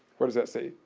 what does that say?